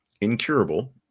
Incurable